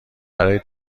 برای